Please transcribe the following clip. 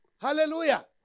Hallelujah